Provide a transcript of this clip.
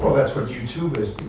that's what youtube has